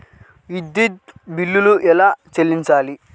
విద్యుత్ బిల్ ఎలా చెల్లించాలి?